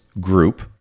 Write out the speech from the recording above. group